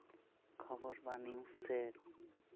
ᱠᱷᱚᱵᱚᱨ ᱵᱟ